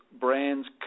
brands